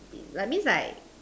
like means like